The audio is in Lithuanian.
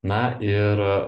na ir